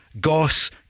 Goss